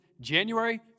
January